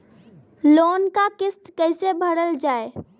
Loan क किस्त कैसे भरल जाए?